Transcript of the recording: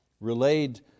relayed